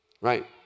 Right